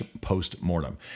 post-mortem